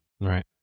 Right